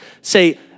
say